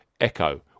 Echo